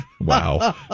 Wow